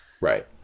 right